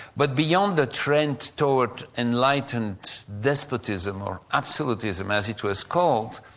but beyond the trend towards enlightened despotism or absolutism, as it was called,